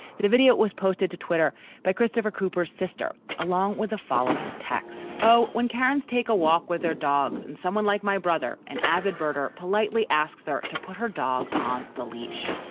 the the video was posted to twitter by christopher cooper's sister, along with the following text. oh, when karens take a walk with their dogs and someone like my brother, an avid birder politely asks her to put her dog on the leash.